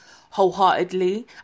wholeheartedly